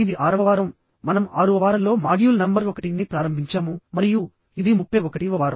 ఇది ఆరవ వారంమనం 6వ వారంలో మాడ్యూల్ నంబర్ 1ని ప్రారంభించాము మరియు ఇది 31వ వారం